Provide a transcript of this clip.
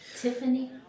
tiffany